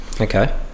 Okay